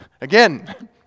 Again